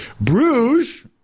Bruges